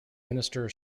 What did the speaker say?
minister